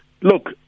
Look